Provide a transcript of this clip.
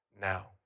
now